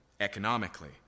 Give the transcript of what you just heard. economically